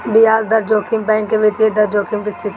बियाज दर जोखिम बैंक के वित्तीय दर जोखिम के स्थिति हवे